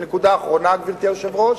ונקודה אחרונה, גברתי היושבת-ראש.